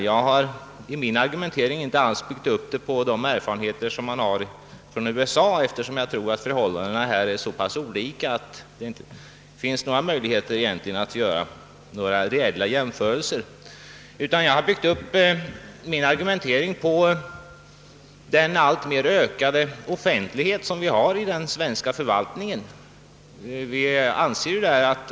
Jag har emellertid inte alls byggt upp min argumentering på erfarenheterna i USA, eftersom jag tror att förhållandena här är så pass olika att det är omöjligt att göra några reella jämförelser. Min argumentering har byggts upp på den alltmer ökade offentligheten i den svenska förvaltningen.